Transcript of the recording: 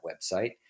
website